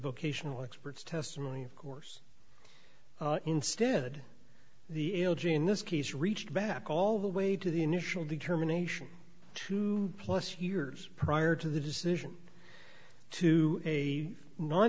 vocational experts testimony of course instead the l g in this case reached back all the way to the initial determination two plus years prior to the decision to a non